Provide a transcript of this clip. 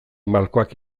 malkoak